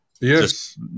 Yes